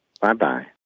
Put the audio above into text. Bye-bye